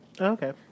Okay